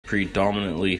predominantly